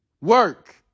Work